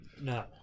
no